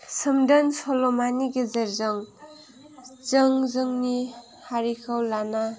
सोमदोन सल'मानि गेजेरजों जों जोंनि हारिखौ लाना